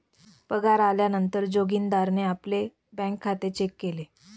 पगार आल्या नंतर जोगीन्दारणे आपले बँक खाते चेक केले